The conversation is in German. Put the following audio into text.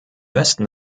westen